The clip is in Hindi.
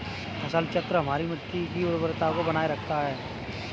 फसल चक्र हमारी मिट्टी की उर्वरता को बनाए रखता है